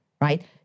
right